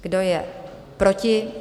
Kdo je proti?